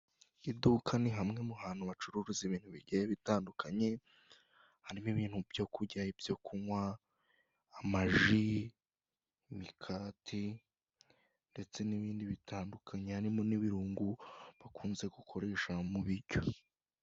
Iduka ni hamwe mu hantu hacuruza ibintu bigiye bitandukanye harimo ibintu byo kurya, ibyo kunywa, amaji, imigati ndetse n'ibindi bitandukanye harimo n'ibirungo bakunze gukoresha mu biryo.